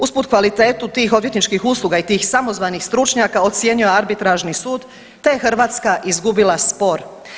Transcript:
Usput kvalitetu tih odvjetničkih usluga i tih samozvanih stručnjaka ocjenjuje Arbitražni sud, te je Hrvatska izgubila spor.